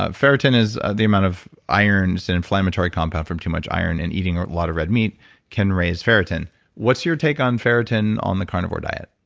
ah ferritin is the amount of iron in inflammatory compound from too much iron. and eating a lot of red meat can raise ferritin what's your take on ferritin on the carnivore diet?